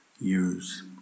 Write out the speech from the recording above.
use